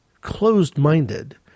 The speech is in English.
closed-minded